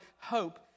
hope